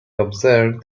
observed